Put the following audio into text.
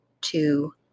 two